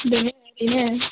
बेनो बेनो